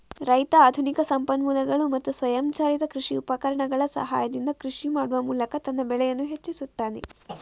ರೈತ ಆಧುನಿಕ ಸಂಪನ್ಮೂಲಗಳು ಮತ್ತು ಸ್ವಯಂಚಾಲಿತ ಕೃಷಿ ಉಪಕರಣಗಳ ಸಹಾಯದಿಂದ ಕೃಷಿ ಮಾಡುವ ಮೂಲಕ ತನ್ನ ಬೆಳೆಯನ್ನು ಹೆಚ್ಚಿಸುತ್ತಾನೆ